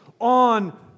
on